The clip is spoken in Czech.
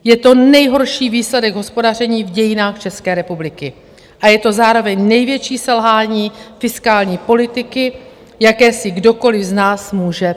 Je to nejhorší výsledek hospodaření v dějinách České republiky a je to zároveň největší selhání fiskální politiky, jaké si kdokoliv z nás může pamatovat.